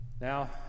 Now